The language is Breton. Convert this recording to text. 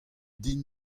din